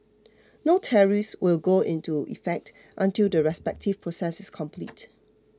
no tariffs will go into effect until the respective process is complete